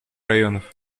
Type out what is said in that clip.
районов